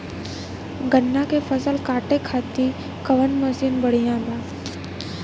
गन्ना के फसल कांटे खाती कवन मसीन बढ़ियां बा?